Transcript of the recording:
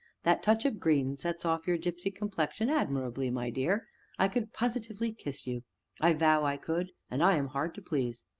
that touch of green sets off your gipsy complexion admirably, my dear i could positively kiss you i vow i could, and i am hard to please.